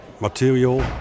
material